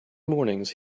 mornings